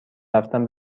رفتن